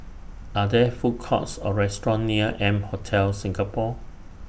Are There Food Courts Or restaurants near M Hotel Singapore